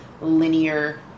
linear